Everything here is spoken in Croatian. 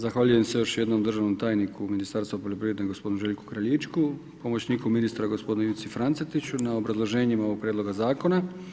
Zahvaljujem se još jednom državnom tajniku u Ministarstvu poljoprivrede gospodinu Željku Kraljićku, pomoćniku ministra gospodinu Ivici Francetiću na obrazloženjima ovog prijedloga zakona.